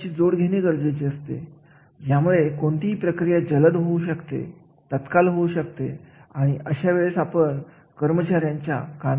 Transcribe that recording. या सगळ्या गोष्टी आपल्याला माहिती असणे गरजेचे आहे ज्यावेळेस आपण समान रोजगार याविषयी बोलत असतो